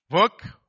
work